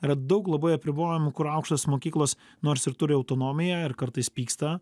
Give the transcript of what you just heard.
yra daug labai apribojimų kur aukštosios mokyklos nors ir turi autonomiją ir kartais pyksta